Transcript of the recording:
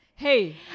Hey